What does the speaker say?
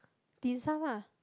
Dim-Sum lah